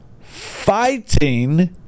fighting